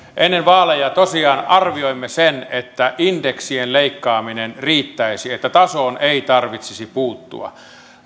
ennen vaaleja tosiaan arvioimme sen että indeksien leikkaaminen riittäisi että tasoon ei tarvitsisi puuttua